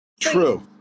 True